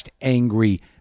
angry